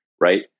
right